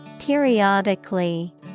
Periodically